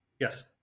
Yes